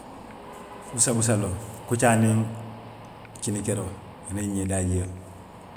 Busabusaloo kuccaa niŋ kini keroo aniŋ ñ ee daajio